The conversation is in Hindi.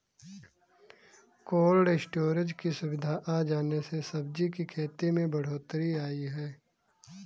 कोल्ड स्टोरज की सुविधा आ जाने से सब्जी की खेती में बढ़ोत्तरी आई है